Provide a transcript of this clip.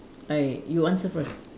I you answer first